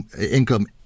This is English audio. income